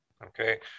Okay